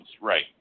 Right